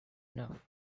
enough